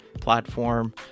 platform